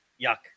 yuck